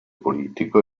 politico